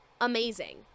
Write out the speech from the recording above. Amazing